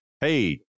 Hey